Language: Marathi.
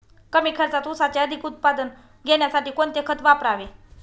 कमी खर्चात ऊसाचे अधिक उत्पादन घेण्यासाठी कोणते खत वापरावे?